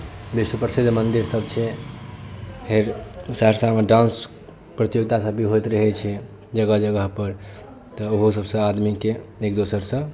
विश्व प्रसिद्ध मन्दिरसभ छै फेर सहरसामे डांस प्रतियोगितासभ भी होइत रहैत छै जगह जगहपर तऽ ओहोसभसँ आदमीकेँ एक दोसरसँ